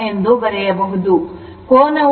1 ಎಂದು ಬರೆಯಬಹುದು